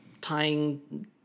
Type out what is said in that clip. tying